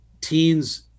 teens